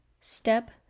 step